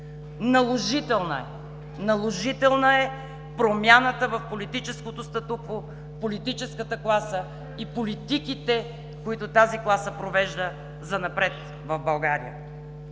наложителна е промяната в политическото статукво, в политическата класа и политиките, които тази класа провежда занапред в България.